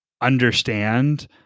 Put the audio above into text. understand